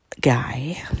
guy